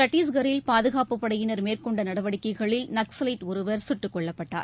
சத்திஷ்கில் பாதுகாப்புப் படையினர் மேற்கொண்டநடவடிக்கைகளில் நக்ஸவைட் ஒருவர் சுட்டுக் கொல்லப்பட்டார்